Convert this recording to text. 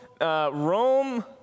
Rome